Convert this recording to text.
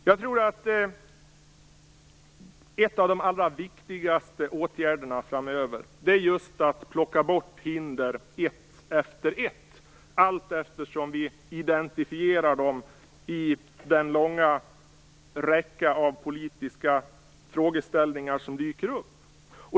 Jag tror att en av de allra viktigaste åtgärderna framöver just är att plocka bort hinder, ett efter ett, allteftersom vi identifierar dem i den långa räcka av politiska frågeställningar som dyker upp.